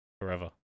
forever